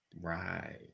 Right